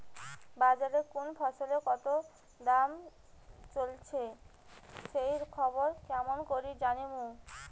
বাজারে কুন ফসলের কতো দাম চলেসে সেই খবর কেমন করি জানীমু?